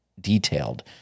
detailed